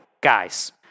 Guys